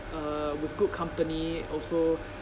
uh with good company also